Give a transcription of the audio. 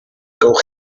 gewch